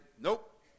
nope